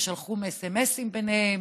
ושלחו סמ"סים ביניהם,